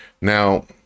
Now